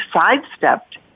sidestepped